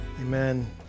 Amen